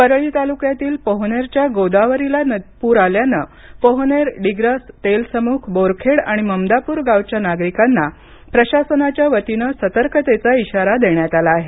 परळी तालुक्यातील पोहनेरच्या गोदावरी नदीला पुर आल्याने पोहनेर डिग्रस तेलसमुख बोरखेड आणि ममदापुर गावच्या नागरिकांना प्रशासनाच्या वतीनं सतर्कतेचा इशारा देण्यात आला आहे